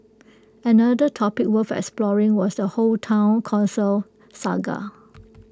another topic worth exploring was the whole Town Council saga